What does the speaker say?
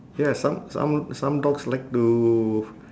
ya some some some dogs like to